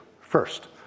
First